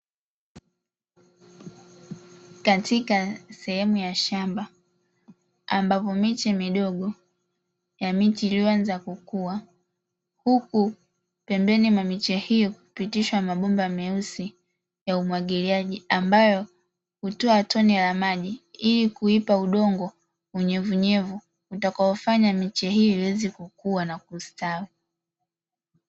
Katika sehemu ya shamba, ambavyo miche midogo ya miti iliyoanza kukua, huku pembeni mwa miche hiyo kumepitishwa mabomba meusi ya umwagiliaji, ambayo hutoa tone la maji ili kuipa udongo unyevuunyevu utakaofanya miche hiyo iweze kukua na kustawi.